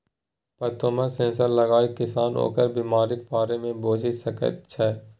पत्तामे सेंसर लगाकए किसान ओकर बिमारीक बारे मे बुझि सकैत छै